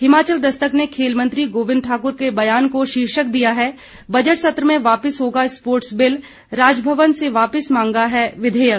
हिमाचल दस्तक ने खेल मंत्री गोबिन्द ठाकुर के बयान को शीर्षक दिया है बजट सत्र में वापिस होगा स्पोर्ट्स बिल राजभवन से वापिस मांगा है विधेयक